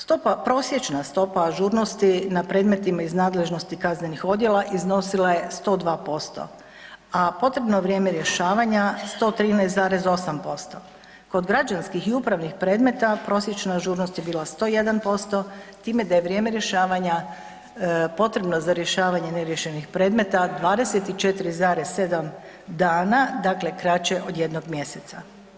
Stopa, prosječna stopa ažurnosti na predmetima iz nadležnosti kaznenih odjela iznosila je 102%, a potrebno vrijeme rješavanja 113,8% Kod građanskih i upravnih predmeta prosječna ažurnost je bila 101%, s time da je vrijeme rješavanje potrebno za rješavanje neriješenih predmeta 24,7 dana, dakle kraće od jednog mjeseca.